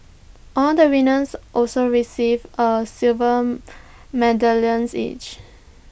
all the winners also received A silver medallion each